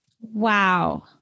Wow